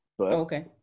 Okay